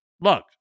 look